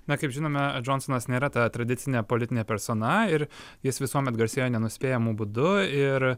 na kaip žinome džonsonas nėra ta tradicinė politinė persona ir jis visuomet garsėjo nenuspėjamu būdu ir